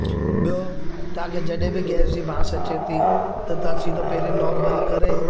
ॿियो तव्हांखे जॾहिं बि गैस जी बांस अचे थी त तव्हां सिधो पहिंरी नॉब बंदि करे